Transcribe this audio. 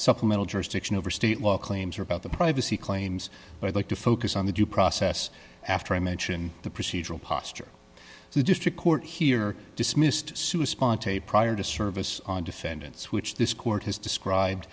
supplemental jurisdiction over state law claims or about the privacy claims like to focus on the due process after i mention the procedural posture the district court here dismissed sue a spontaneous prior to service on defendants which this court has described